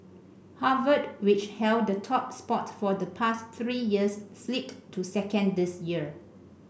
Harvard which held the top spot for the past three years slipped to second this year